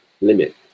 limit